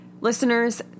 Listeners